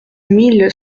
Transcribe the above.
mille